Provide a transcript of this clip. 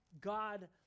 God